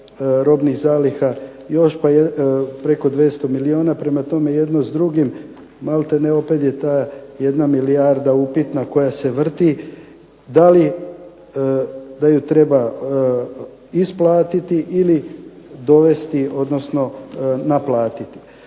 robnih zaliha još preko 200 milijuna. Prema tome, jedno s drugim maltene opet je ta 1 milijarda upitna koja se vrti. Da li da ju treba isplatiti ili dovesti odnosno naplatiti.